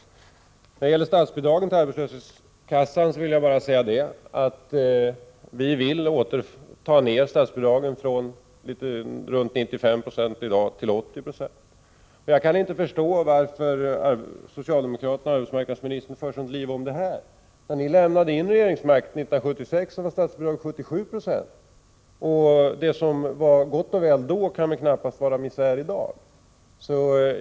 Låt mig när det gäller statsbidraget till arbetslöshetskassan bara säga att vi vill åter ta ned statsbidraget från runt 95 94 i dag till 80 26. Jag kan inte förstå varför arbetsmarknadsministern och övriga socialdemokrater för sådant liv om det här. När ni 1976 lämnade regeringsmakten var statsbidraget 77 Ze, och det som ansågs vara en ersättning som gott och väl räckte då, kan väl knappast betecknas som misär i dag.